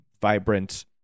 vibrant